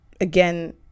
again